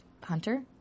Hunter